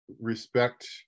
respect